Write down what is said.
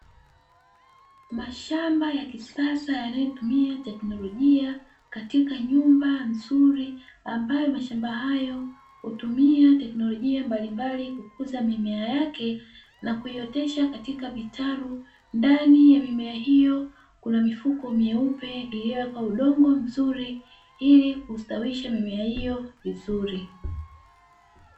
Mashamba ya kisasa yanayotumia teknolojia katika nyumba nzuri ambayo mashamba hayo hutumia teknolojia mbalimbali kukuza mimea yake, na kuiotesha katika vitalu ndani ya mimea hiyo kuna mifuko myeupe iliyowekwa udongo mzuri ili kustawisha mimea hiyo vizuri.